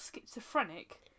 schizophrenic